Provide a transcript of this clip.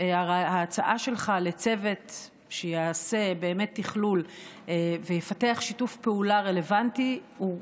ההצעה שלך לצוות שיעשה תכלול ויפתח שיתוף פעולה רלוונטי היא בהתהוות,